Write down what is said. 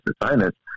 assignments